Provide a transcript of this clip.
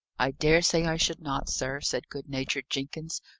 i dare say i should not, sir, said good-natured jenkins,